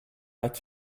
out